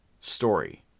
story